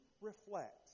reflect